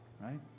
right